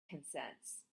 consents